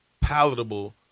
palatable